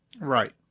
Right